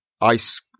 ice